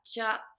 up